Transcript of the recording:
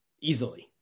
easily